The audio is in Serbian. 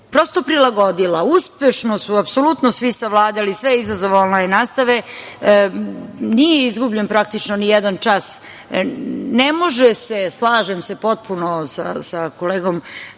prosto prilagodila. Uspešno su apsolutno svi savladali sve izazove onlajn nastave. Nije izgubljen praktično nijedan čas, ne može se, slažem se potpuno sa kolegom